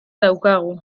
daukagu